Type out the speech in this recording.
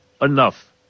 enough